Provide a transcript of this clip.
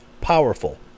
powerful